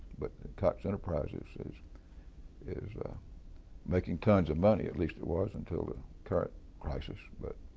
but cox enterprises is is ah making tons of money, at least it was until the current crisis. but